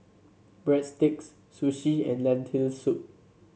Breadsticks Sushi and Lentil Soup